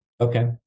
Okay